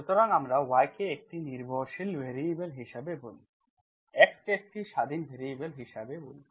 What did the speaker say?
সুতরাং আমরা y কে একটি নির্ভরশীল ভ্যারিয়েবল হিসাবে বলি x কে স্বাধীন ভ্যারিয়েবল হিসাবে বলি